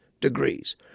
degrees